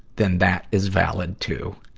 then that is valid, too.